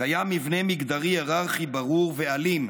קיים מבנה מגדרי היררכי, ברור ואלים.